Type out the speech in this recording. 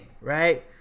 right